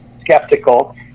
skeptical